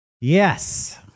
Yes